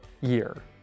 year